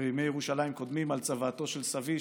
בימי ירושלים קודמים על צוואתו של סבי,